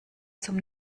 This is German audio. zum